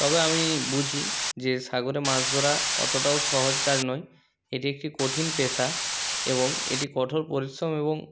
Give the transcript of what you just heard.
তবে আমি বুঝি যে সাগরে মাছ ধরা অতটাও সহজ কাজ নয় এটি একটি কঠিন পেশা এবং এটি কঠোর পরিশ্রম এবং